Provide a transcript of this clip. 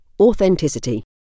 authenticity